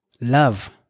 Love